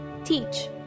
teach